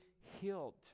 healed